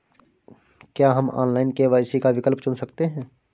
क्या हम online KYC का विकल्प चुन सकते हैं?